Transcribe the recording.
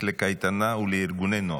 עשר דקות לרשותך, אדוני.